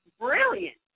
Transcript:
brilliant